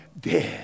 dead